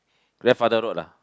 grandfather road lah